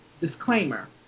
disclaimer